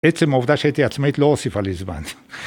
עצם העובדה שהייתי עצמאי לא מוסיפה לי זמן